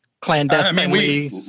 clandestinely